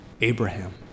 Abraham